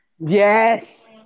Yes